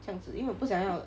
这样子因为我不想要